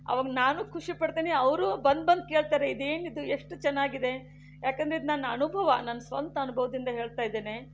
ಅವಾಗ ನಾನೂ ಖುಷಿಪಡ್ತೀನಿ ಅವರೂ ಬಂದು ಬಂದು ಕೇಳ್ತಾರೆ ಇದು ಏನಿದು ಎಷ್ಟು ಚೆನ್ನಾಗಿದೆ ಯಾಕೆಂದರೆ ಇದು ನನ್ನ ಅನುಭವ ನನ್ನ ಸ್ವಂತ ಅನುಭವದಿಂದ ಹೇಳ್ತಾ ಇದ್ದೇನೆ